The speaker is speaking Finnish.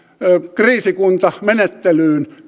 kriisikuntamenettelyyn